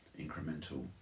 incremental